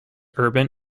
urban